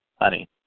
honey